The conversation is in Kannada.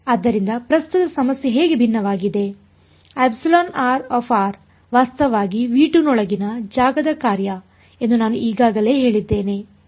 ಆದ್ದರಿಂದ ಪ್ರಸ್ತುತ ಸಮಸ್ಯೆ ಹೇಗೆ ಭಿನ್ನವಾಗಿದೆ ವಾಸ್ತವವಾಗಿ ನೊಳಗಿನ ಜಾಗದ ಕಾರ್ಯ ಎಂದು ನಾನು ಈಗಾಗಲೇ ಹೇಳಿದ್ದೇನೆ